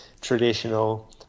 traditional